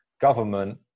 government